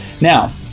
Now